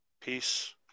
peace